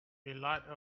lot